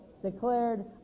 declared